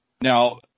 Now